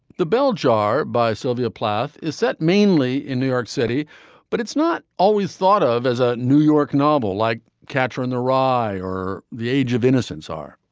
the bell jar by sylvia plath is set mainly in new york city but it's not always thought of as a new york novel like catcher in the rye or the age of innocence are.